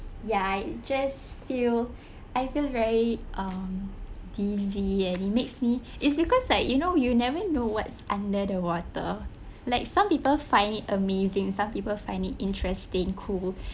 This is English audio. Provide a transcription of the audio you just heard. ya I just feel I feel very um dizzy and it makes me it's because like you know you never know what's under the water like some people find it amazing some people find it interesting cool